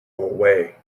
away